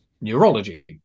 neurology